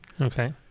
Okay